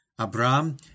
Abraham